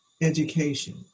education